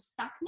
stuckness